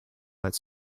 that